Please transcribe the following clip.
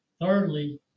Thirdly